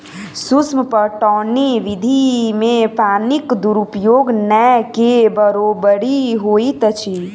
सूक्ष्म पटौनी विधि मे पानिक दुरूपयोग नै के बरोबरि होइत अछि